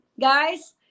guys